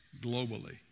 globally